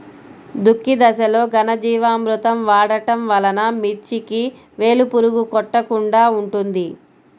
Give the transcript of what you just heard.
దుక్కి దశలో ఘనజీవామృతం వాడటం వలన మిర్చికి వేలు పురుగు కొట్టకుండా ఉంటుంది?